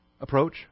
approach